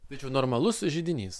bet jau normalus židinys